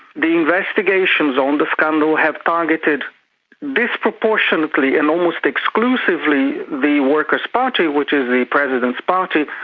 the investigations on the scandal have targeted disproportionately and almost exclusively the workers party which is the president's party,